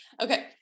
okay